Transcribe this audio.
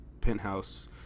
penthouse